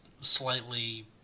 slightly